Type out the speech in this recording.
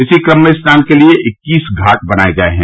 इसी क्रम में स्नान के लिए इक्कीस घाट बनाये गए हैं